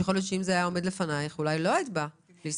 שיכול להיות שאם זה היה עומד לפנייך אולי לא היית באה לישראל.